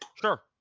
Sure